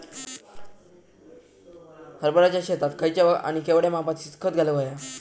हरभराच्या शेतात खयचा आणि केवढया मापात खत घालुक व्हया?